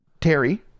Terry